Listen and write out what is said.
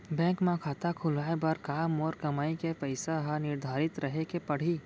Bank म खाता खुलवाये बर का मोर कमाई के पइसा ह निर्धारित रहे के पड़ही?